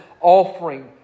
offering